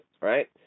right